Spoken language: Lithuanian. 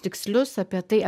tikslius apie tai